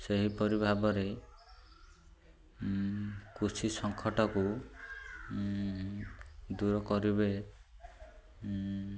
ସେହିପରି ଭାବରେ କୃଷି ସଙ୍କଟକୁ ଦୂର କରିବେ